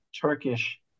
Turkish